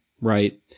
right